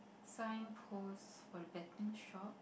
sign post for the betting shop